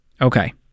Okay